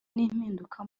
n’impinduka